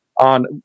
on